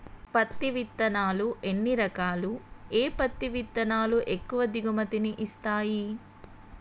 పత్తి విత్తనాలు ఎన్ని రకాలు, ఏ పత్తి విత్తనాలు ఎక్కువ దిగుమతి ని ఇస్తాయి?